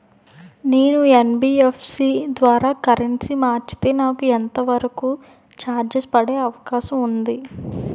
నేను యన్.బి.ఎఫ్.సి ద్వారా కరెన్సీ మార్చితే నాకు ఎంత వరకు చార్జెస్ పడే అవకాశం ఉంది?